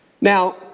Now